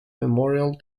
memorial